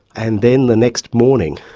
and then the next morning,